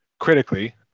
Critically